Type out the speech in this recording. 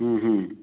हुँ हुँ